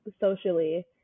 socially